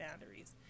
boundaries